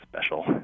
special